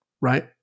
Right